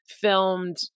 filmed